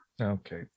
okay